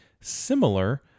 similar